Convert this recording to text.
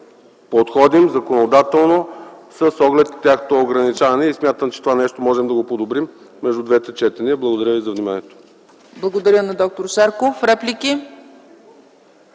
подходим законодателно с оглед тяхното ограничаване. Смятам, че това нещо можем да го подобрим между двете четения. Благодаря ви за вниманието.